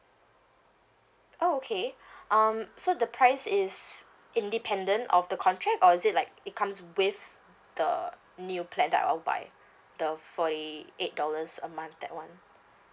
oh okay um so the price is independent of the contract or is it like it comes with the new plan that I'll buy the forty eight dollars a month that [one]